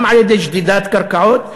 גם על-ידי שדידת קרקעות,